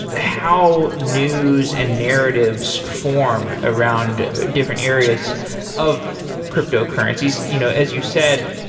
how news and narratives form around different areas of cryptocurrencies. you know as you said,